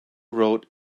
wrote